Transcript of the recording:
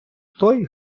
той